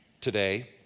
today